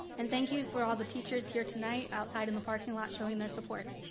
and thank you for all the teachers here tonight, outside in the parking lot, showing their support.